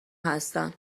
هستم